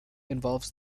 involves